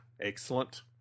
Excellent